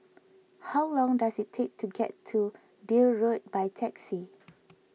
how long does it take to get to Deal Road by taxi